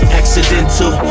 accidental